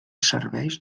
serveis